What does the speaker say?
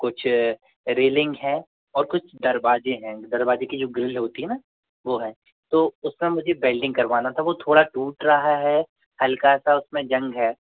कुछ रेलिंग हैं और कुछ दरवाजे हैं दरवाजे की जो ग्रिल होती है ना वो है तो उसका मुझे वेल्डिंग करवाना था वो थोड़ा टूट रहा है हल्का सा उसमें जंग है